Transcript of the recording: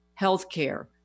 healthcare